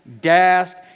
desk